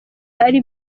ari